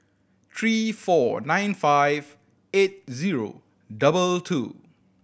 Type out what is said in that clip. three four nine five eight zero double two